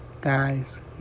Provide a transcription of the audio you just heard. guys